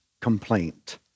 complaint